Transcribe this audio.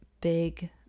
big